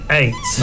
eight